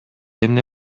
эмне